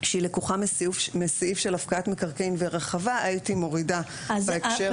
שהיא לקוחה מסעיף של הפקעת מקרקעין והיא רחבה הייתי מורידה בהקשר הזה.